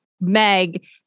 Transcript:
Meg